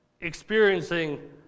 experiencing